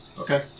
Okay